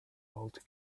old